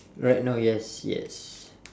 right now yes yes